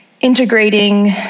integrating